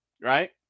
right